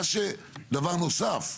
דבר נוסף,